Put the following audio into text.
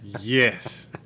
Yes